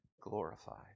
glorified